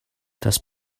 das